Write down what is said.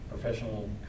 professional